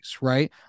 right